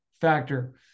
factor